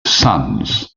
sons